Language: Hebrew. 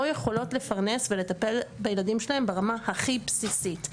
יכולות לפרנס ולטפל בילדים שלהן ברמה הכי בסיסית,